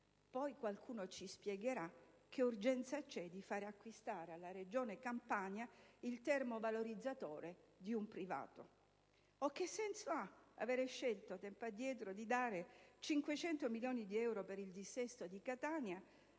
Poi qualcuno ci spiegherà che urgenza c'è di far acquistare alla Regione Campania il termovalorizzatore di un privato; o che senso ha aver scelto, tempo addietro, di concedere 500 milioni di euro per il dissesto di Catania